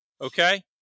okay